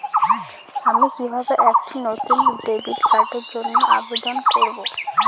আমি কিভাবে একটি নতুন ডেবিট কার্ডের জন্য আবেদন করব?